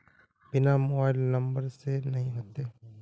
बिना mobile number से नहीं होते?